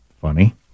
Funny